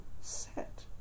set